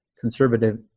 conservative